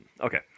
Okay